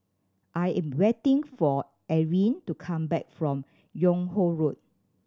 I am waiting for Erin to come back from Yung Ho Road